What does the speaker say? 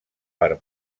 per